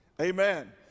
Amen